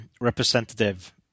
representative